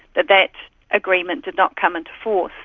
that that agreement did not come into force.